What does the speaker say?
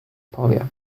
powie